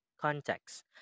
context